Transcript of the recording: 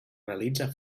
realitza